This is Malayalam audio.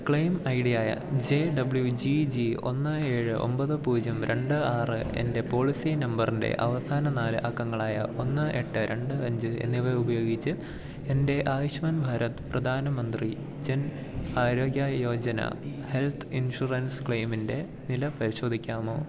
ക്ലെയിം ഐ ഡിയായ ജെ ഡബ്ലു ജി ജി ഒന്ന് ഏഴ് ഒൻപത് പൂജ്യം രണ്ട് ആറ് എൻ്റെ പോളിസി നമ്പറിൻ്റെ അവസാന നാല് അക്കങ്ങളായ ഒന്ന് എട്ട് രണ്ട് അഞ്ച് എന്നിവ ഉപയോഗിച്ച് എൻ്റെ ആയുഷ്മാൻ ഭാരത് പ്രധാന മന്ത്രി ജൻ ആരോഗ്യ യോജന ഹെൽത്ത് ഇൻഷുറൻസ് ക്ലെയിമിൻ്റെ നില പരിശോധിക്കാമോ